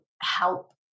help